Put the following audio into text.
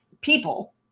people